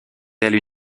telle